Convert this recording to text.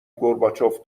گورباچوف